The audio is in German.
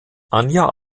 anja